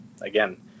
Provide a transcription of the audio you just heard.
again